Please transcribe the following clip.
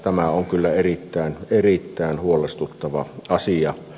tämä on kyllä erittäin erittäin huolestuttava asia